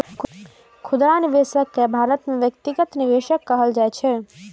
खुदरा निवेशक कें भारत मे व्यक्तिगत निवेशक कहल जाइ छै